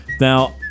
Now